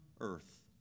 earth